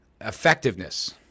effectiveness